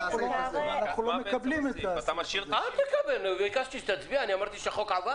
משאירים 90 יום?